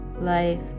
life